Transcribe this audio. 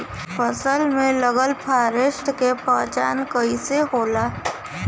फसल में लगल फारेस्ट के पहचान कइसे होला?